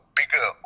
bigger